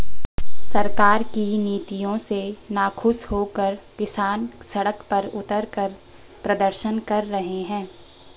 सरकार की नीतियों से नाखुश होकर किसान सड़क पर उतरकर प्रदर्शन कर रहे हैं